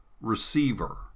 receiver